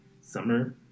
summer